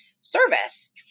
service